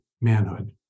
manhood